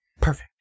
Perfect